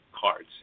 cards